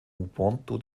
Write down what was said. ponto